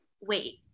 wait